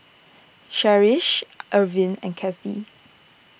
Cherish Irvin and Cathy